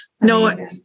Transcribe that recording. No